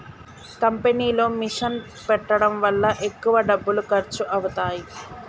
కంపెనీలో మిషన్ పెట్టడం వల్ల ఎక్కువ డబ్బులు ఖర్చు అవుతాయి